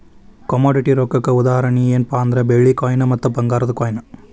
commodity ರೊಕ್ಕಕ್ಕ ಉದಾಹರಣಿ ಯೆನ್ಪಾ ಅಂದ್ರ ಬೆಳ್ಳಿ ಕಾಯಿನ್ ಮತ್ತ ಭಂಗಾರದ್ ಕಾಯಿನ್